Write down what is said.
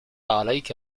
عليك